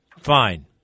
Fine